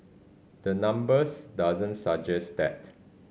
the numbers doesn't suggest that